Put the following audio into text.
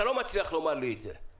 אתה לא מצליח לומר לי את זה.